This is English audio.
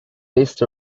list